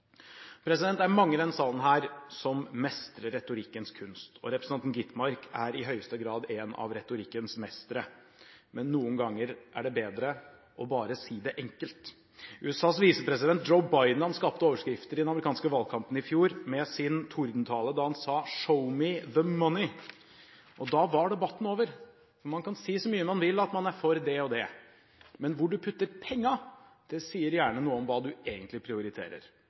Det er mange i denne salen som mestrer retorikkens kunst. Representanten Skovholt Gitmark er i høyeste grad en av retorikkens mestere. Men noen ganger er det bedre bare å si det enkelt. USAs visepresident, Joe Biden, skapte overskrifter i den amerikanske valgkampen i fjor med sin tordentale da han sa: «Show me the money!» Da var debatten over. Man kan si så mye man vil om at man er for det og det, men hvor man putter pengene, sier gjerne noe om hva man egentlig prioriterer.